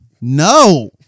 No